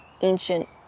ancient